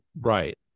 right